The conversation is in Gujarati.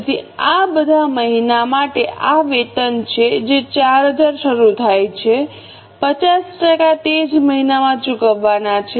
તેથી આ બધા મહિના માટે આ વેતન છે જે 4000 શરૂ થાય છે 50 ટકા તે જ મહિનામાં ચૂકવવાના છે